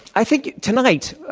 i think tonight,